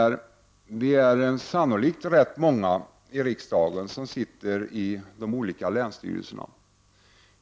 Vi är sannolikt rätt många i riksdagen som sitter i olika länsstyrelser.